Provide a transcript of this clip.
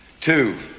two